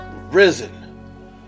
Risen